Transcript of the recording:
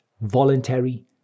voluntary